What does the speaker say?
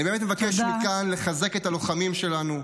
אני באמת מבקש מכאן לחזק את הלוחמים שלנו,